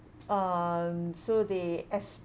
um so they ex~